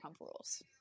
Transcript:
Rules